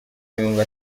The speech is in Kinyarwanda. yumva